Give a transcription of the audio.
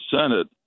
Senate